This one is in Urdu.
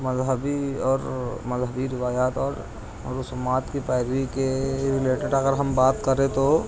مذہبی اور مذہبی روایات اور رسومات کی پیروی کے رلیٹیڈ اگر ہم بات کریں تو